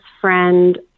friend